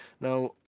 now